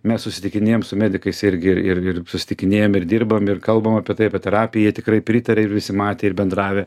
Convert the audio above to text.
mes susitikinėjam su medikais irgi ir ir susitikinėjam ir dirbam ir kalbam apie tai apie terapiją tikrai pritarė ir visi matę ir bendravę